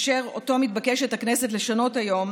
אשר אותו מתבקשת הכנסת לשנות היום,